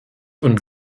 und